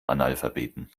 analphabeten